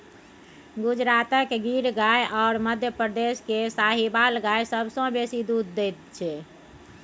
गुजरातक गिर गाय आ मध्यप्रदेश केर साहिबाल गाय सबसँ बेसी दुध दैत छै